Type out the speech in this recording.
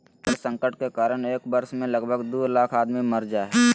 जल संकट के कारण एक वर्ष मे लगभग दू लाख आदमी मर जा हय